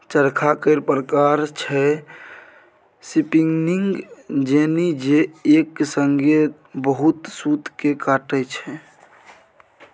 चरखा केर प्रकार छै स्पीनिंग जेनी जे एक संगे बहुत सुत केँ काटय छै